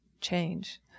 change